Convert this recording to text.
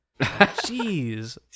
jeez